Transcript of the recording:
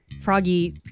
Froggy